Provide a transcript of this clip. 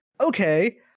okay